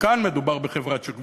וכאן מדובר בחברת שוק.